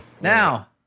Now